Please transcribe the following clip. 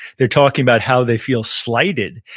they're talking about how they feel slighted,